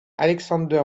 alexander